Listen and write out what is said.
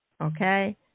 Okay